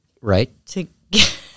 Right